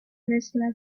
mezcla